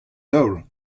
daol